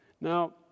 Now